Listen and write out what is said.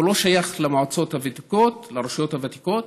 הוא לא שייך לרשויות הוותיקות,